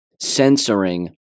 censoring